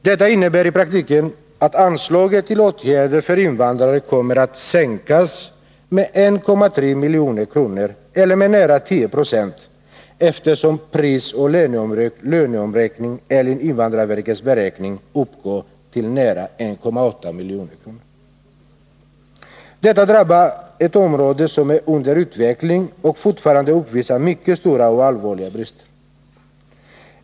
Detta innebär i praktiken att anslaget till åtgärder för invandrare kommer att sänkas med 1,3 milj.kr. eller med nära 10 96, eftersom prisoch löneomräkningen enligt invandrarverkets beräkning uppgår till nära 1,8 milj.kr. Detta drabbar då ett område som är under utveckling och fortfarande uppvisar mycket stora och allvarliga brister.